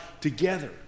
together